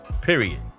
period